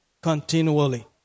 continually